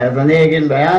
אני גיל דיין,